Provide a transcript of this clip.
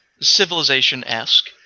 Civilization-esque